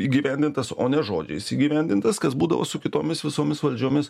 įgyvendintas o ne žodžiais įgyvendintas kas būdavo su kitomis visomis valdžiomis